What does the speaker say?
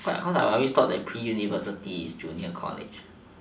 cause I always thought that pre university is junior college